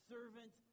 Servant